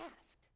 asked